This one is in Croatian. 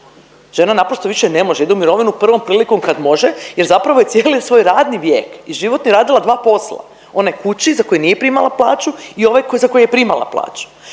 Žena naprosto više ne može, ide u mirovinu prvom prilikom kad može, jer zapravo je cijeli svoj radni vijek i životni radila dva posla – onaj kući za koji nije primala plaću i ovaj za koji je primala plaću.